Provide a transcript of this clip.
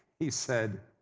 he said,